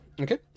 Okay